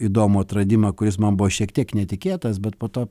įdomų atradimą kuris man buvo šiek tiek netikėtas bet po to